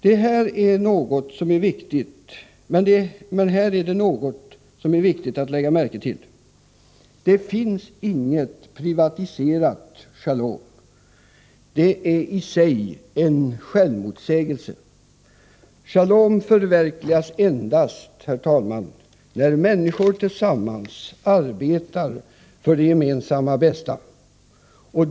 Men här är det något som det är viktigt att lägga märke till: det finns inget privatiserat shalom. Det är i sig en självmotsägelse. Shalom förverkligas endast, herr talman, när människor tillsammans arbetar för det gemensamma bästa.